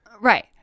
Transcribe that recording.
Right